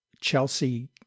Chelsea